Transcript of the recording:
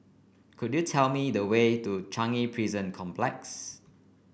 could you tell me the way to Changi Prison Complex